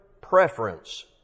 preference